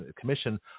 commission